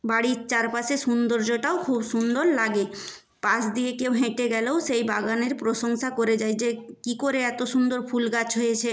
বাড়ির চারপাশে সৌন্দর্যটাও খুব সুন্দর লাগে পাশ দিয়ে কেউ হেঁটে গেলেও সেই বাগানের প্রশংসা করে যায় যে কী করে এত সুন্দর ফুল গাছ হয়েছে